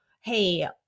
hey